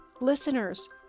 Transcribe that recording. Listeners